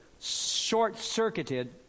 short-circuited